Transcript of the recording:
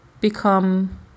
become